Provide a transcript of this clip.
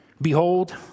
Behold